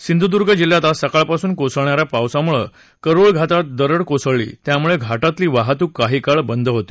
सिंधुदुर्ग जिल्ह्यात आज सकाळपासून कोसळणा या पावसामुळं करुळ घाटात दरड कोसळली यामुळे घाटातली वाहतूक काही काळ बंद होती